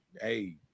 hey